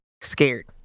Scared